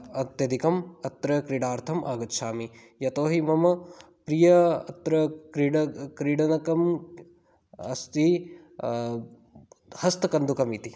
अत्यधिकम् अत्र क्रीडार्थम् आगच्छामि यतोहि मम प्रिय अत्र क्रीड क्रीडनकम् अस्ति हस्तकन्दुकम् इति